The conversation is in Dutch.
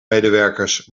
medewerkers